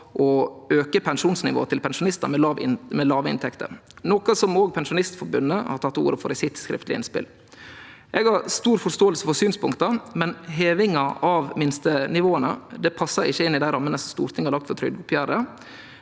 å øke pensjonsnivået til pensjonister med lave inntekter, noe også Pensjonistforbundet har tatt til orde for i skriftlig innspill. Jeg har forståelse for synspunktene, men heving av minstenivåene er ikke en del av de rammene Stortinget har lagt for trygdeoppgjøret.